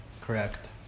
Correct